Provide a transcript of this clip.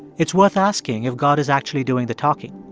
it's worth asking if god is actually doing the talking.